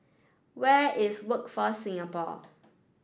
where is Workforce Singapore